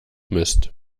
mist